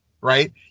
right